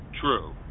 True